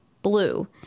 Blue